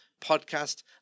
podcast